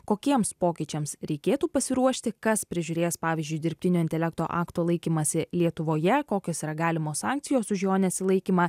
kokiems pokyčiams reikėtų pasiruošti kas prižiūrės pavyzdžiui dirbtinio intelekto akto laikymąsi lietuvoje kokios yra galimos sankcijos už jo nesilaikymą